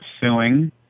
suing